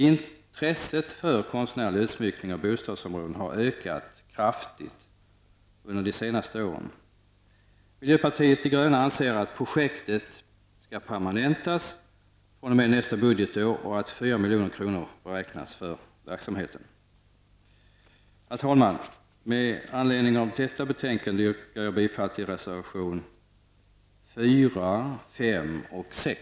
Intresset för konstnärlig utsmyckning av bostadsområden har ökat kraftigt under detsenaste åren. Vi i miljöpartiet de gröna anser att det aktuella projektet skall permanentas fr.o.m. nästa budgetår och vill att 4 milj.kr. beräknas för verksamheten. Herr talman! Med anledning av vad jag sagt om detta betänkande yrkar jag bifall till reservationerna 4, 5 och 6.